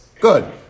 good